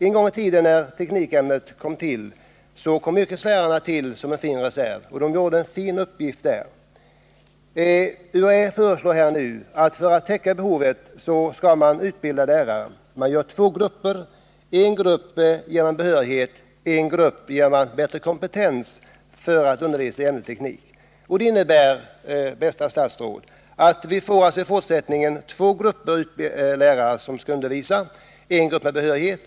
En gång i tiden, när teknikämnet kom till, var de dåvarande yrkeslärarna en fin reserv UHÄ föreslår att man för att täcka behovet skall utbilda lärare i två grupper: Torsdagen den en grupp får behörighet, en annan får bättre kompetens för att undervisa i 8 november 1979. ämnet teknik Det innebär, bästa statsrådet, att vi i fortsättningen får två grupper lärare, en med och en utan behörighet.